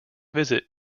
visit